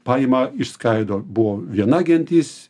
paima išskaido buvo viena gentis